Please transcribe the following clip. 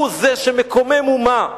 הוא זה שמקומם אומה,